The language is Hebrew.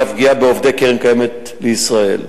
ואף בפגיעה בעובדי קרן-קיימת לישראל.